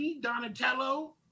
Donatello